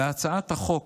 בהצעת החוק